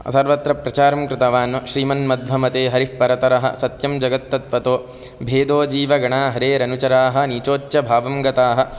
सर्वत्र प्रचारं कृतवान् श्रीमान् मध्वमते हरिः परतरः सत्यं जगत् तत्त्वतो भेदो जीवगणा हरेरनुचराः नीचोच्छभावं गताः